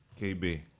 KB